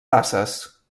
tasses